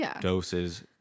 doses